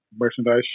merchandise